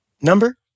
number